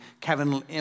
Kevin